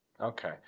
Okay